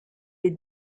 est